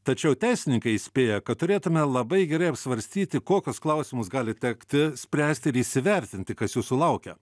tačiau teisininkai įspėja kad turėtume labai gerai apsvarstyti kokius klausimus gali tekti spręsti ir įsivertinti kas jūsų laukia